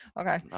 okay